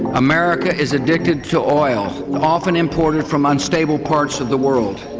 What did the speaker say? america is addicted to oil, often imported from unstable parts of the world.